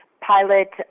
pilot